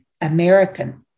American